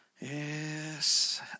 Yes